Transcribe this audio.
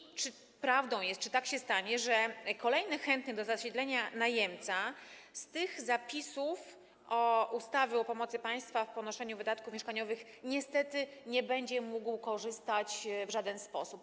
I czy prawdą jest, czy tak się stanie, że kolejny chętny do zasiedlenia najemca z tych zapisów ustawy o pomocy państwa w ponoszeniu wydatków mieszkaniowych niestety nie będzie mógł w żaden sposób skorzystać?